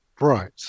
Right